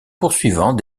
poursuivant